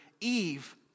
Eve